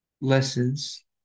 lessons